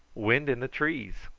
wind in the trees.